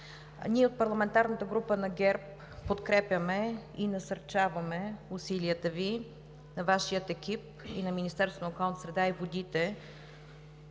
Ние от парламентарната група на ГЕРБ подкрепяме и насърчаваме усилията Ви, на Вашия екип и на Министерството на околната среда и водите,